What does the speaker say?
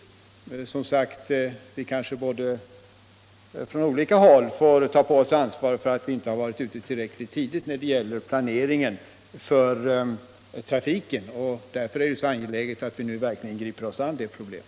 Vi får, som sagt, kanske på olika håll ta på oss ansvaret för att inte ha varit ute tillräckligt tidigt när det gäller planeringen av trafiken. Därför är det också angeläget att vi nu verkligen griper oss an det problemet.